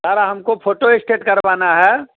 sir हमको photostat करवाना है